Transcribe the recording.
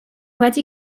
wedi